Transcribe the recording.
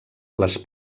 les